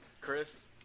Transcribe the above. Chris